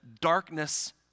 darkness